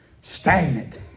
stagnant